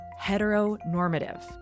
heteronormative